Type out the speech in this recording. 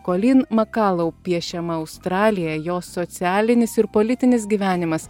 kolyn makalau piešiama australija jo socialinis ir politinis gyvenimas